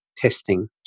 testing